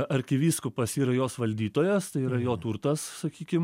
arkivyskupas yra jos valdytojas tai yra jo turtas sakykim